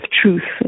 truth